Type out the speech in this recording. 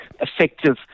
effective